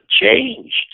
changed